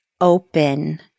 open